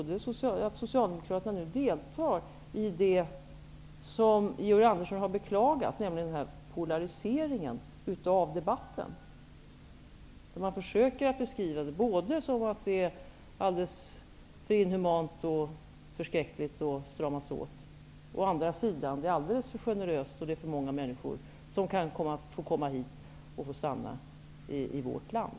Det innebär att Socialdemokraterna nu deltar i det som Georg Andersson har beklagat, nämligen den här polariseringen av debatten, där man å ena sidan försöker beskriva det hela alldeles för inhumant, förskräckligt och åtstramat och å andra sidan försöker beskriva det hela alldeles för generöst, med för många människor som kan få komma hit för att stanna i vårt land.